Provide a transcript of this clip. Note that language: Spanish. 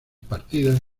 partidas